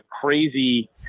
crazy